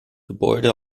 gebäude